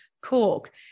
cork